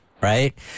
right